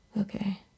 Okay